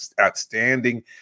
outstanding